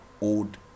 old